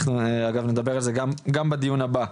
אנחנו נדבר על זה גם בדיון הבא.